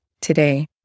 today